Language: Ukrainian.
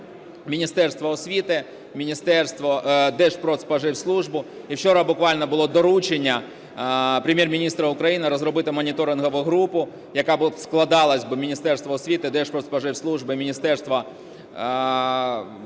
Міністерство освіти, Держпродспоживслужбу. І вчора буквально було доручення Прем'єр-міністра України розробити моніторингову групу, яка складалась би з Міністерства освіти, Держпродспоживслужби і Міністерства,